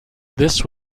this